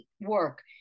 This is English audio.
work